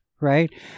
right